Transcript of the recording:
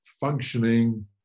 functioning